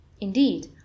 Indeed